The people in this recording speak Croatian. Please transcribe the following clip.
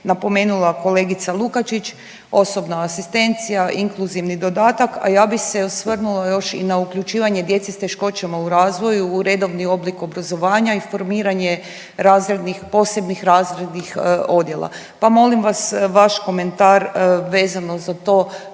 napomenula kolegica Lukačić, osobna asistencija, inkluzivni dodatak, a ja bi se osvrnula još i na uključivanje djece s teškoćama u razvoju u redovni oblik obrazovanja i formiranje razrednih, posebnih razrednih odjela. Pa molim vas vaš komentar vezano za to